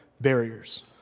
barriers